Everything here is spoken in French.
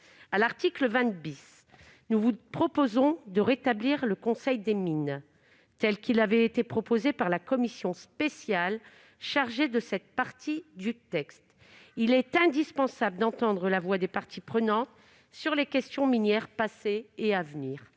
à l'article 20 , le conseil des mines, tel qu'il avait été proposé par la commission spéciale chargée de cette partie du texte. Il est indispensable d'entendre la voix des parties prenantes sur les questions minières passées et à venir.